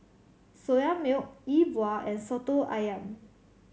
Soya Milk E Bua and Soto Ayam